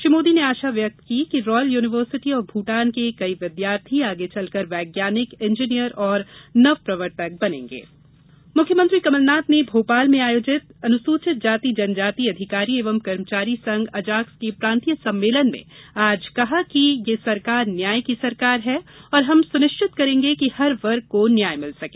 श्री मोदी ने आशा व्यक्त की कि रॉयल यूनिवर्सिटी ऑफ भूटान के कई विद्यार्थी आगे चलकर वैज्ञानिक इंजीनियर और नवप्रवर्तक बनेंगे अजाक्स मुख्यमंत्री कमलनाथ ने भोपाल में आयोजित अनुसूचित जाति जनजाति अधिकारी एवं कर्मचारी संघ अजाक्स के प्रांतीय सम्मेलन में आज कहा कि ये सरकार न्याय की सरकार है और हम सुनिश्चित करेंगे कि हर वर्ग को न्याय मिल सके